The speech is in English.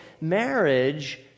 Marriage